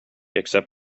except